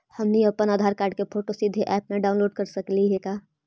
हमनी अप्पन आधार कार्ड के फोटो सीधे ऐप में अपलोड कर सकली हे का?